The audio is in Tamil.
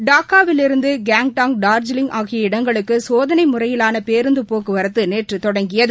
டாக்காவிலிருந்து கேங்டாக் டார்ஜிலிங் ஆகிய இடங்களுக்கு சோதனை முறையிலான பேருந்து போக்குவரத்து நேற்று தொடங்கியது